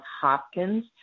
Hopkins